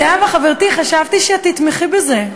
זהבה חברתי, חשבתי שאת תתמכי בזה.